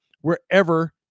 wherever